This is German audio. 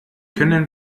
können